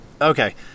Okay